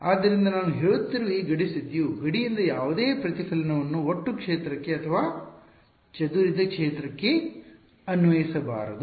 ಆದ್ದರಿಂದ ನಾನು ಹೇಳುತ್ತಿರುವ ಈ ಗಡಿ ಸ್ಥಿತಿಯು ಗಡಿಯಿಂದ ಯಾವುದೇ ಪ್ರತಿಫಲನವನ್ನು ಒಟ್ಟು ಕ್ಷೇತ್ರಕ್ಕೆ ಅಥವಾ ಚದುರಿದ ಕ್ಷೇತ್ರಕ್ಕೆ ಅನ್ವಯಿಸಬಾರದು